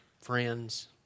friends